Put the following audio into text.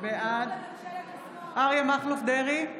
בעד אריה מכלוף דרעי,